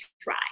try